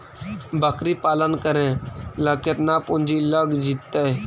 बकरी पालन करे ल केतना पुंजी लग जितै?